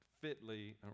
fitly